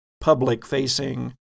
public-facing